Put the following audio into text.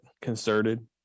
concerted